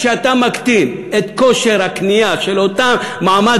כשאתה מקטין את כושר הקנייה של אותו מעמד